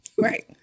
Right